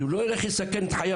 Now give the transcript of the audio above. כי הוא לא ילך לסכן את חייו.